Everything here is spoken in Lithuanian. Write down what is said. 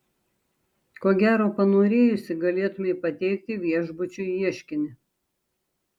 ko gero panorėjusi galėtumei pateikti viešbučiui ieškinį